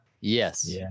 Yes